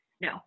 No